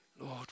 Lord